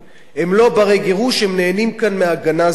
הם לא בני-גירוש, הם נהנים כאן מהגנה זמנית.